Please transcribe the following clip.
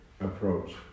approach